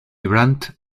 brant